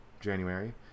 January